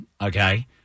Okay